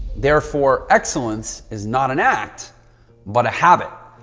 therefore, excellence is not an act but a habit.